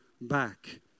back